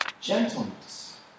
gentleness